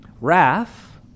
Wrath